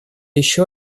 еще